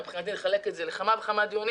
מבחינתי אפשר לחלק את זה לכמה וכמה דיונים